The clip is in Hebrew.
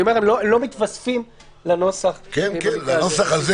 אני אומר: הם לא מתווספים לנוסח במקרה הזה,